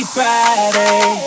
Friday